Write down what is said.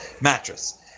mattress